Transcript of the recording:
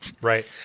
Right